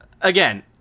again